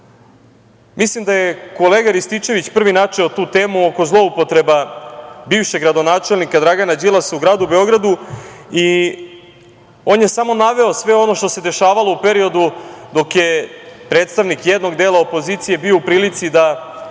da je kolega Rističević prvi načeo tu temu oko zloupotreba bivšeg gradonačelnika, Dragana Đilasa u Beogradu i on je samo naveo sve ono što se dešavalo u periodu dok je predstavnik jednog dela opozicije bio u prilici da